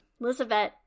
Elizabeth